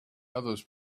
others